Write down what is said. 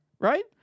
Right